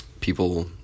people